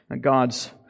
God's